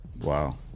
Wow